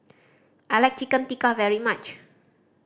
I like Chicken Tikka very much